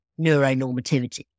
neuronormativity